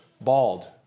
bald